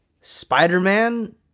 Spider-Man